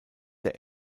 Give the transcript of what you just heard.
der